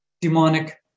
demonic